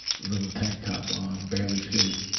little tank top on, barely fit.